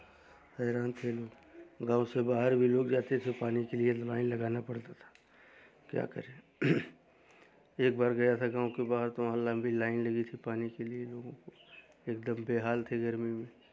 हैरान थे एकदम गाँव से बाहर भी लोग जाते थे तो पानी के लिए लाइन लगाना पड़ता था क्या करें एक बार गया था गाँव के बाहर तो वहाँ लंबी लाइन लगी थी पानी के लिए लोगों की एक दम बेहाल थे गर्मी में